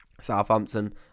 Southampton